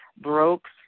broke